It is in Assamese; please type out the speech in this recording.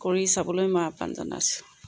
কৰি চাবলৈ মই আহ্বান জনাইছোঁ